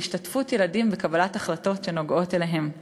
השתתפות ילדים בקבלת החלטות שנוגעות אליהם.